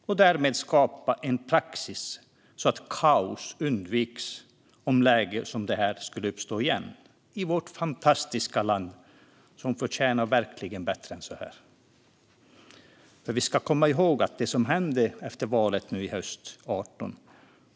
Därmed skulle man skapa en praxis, så att kaos undviks om lägen som detta igen skulle uppstå i vårt fantastiska land, som verkligen förtjänar bättre än så här! Vi ska komma ihåg det som hände efter valet nu i höstas 2018.